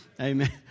Amen